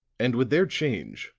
and with their change,